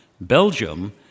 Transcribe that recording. Belgium